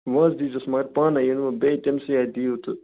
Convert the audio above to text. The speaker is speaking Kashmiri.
وۄنۍ حظ دی زیٚوس مگر پانَے یِنہٕ وۄنۍ بیٚیہِ تٔمسٕے اتھۍ دِیِو تہٕ